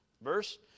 Verse